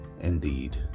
indeed